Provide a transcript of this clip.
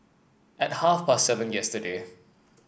at half past seven yesterday